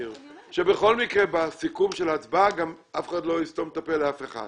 אם מאשרים, המוסד לא יפנה כי אין לו סיבה לפנות.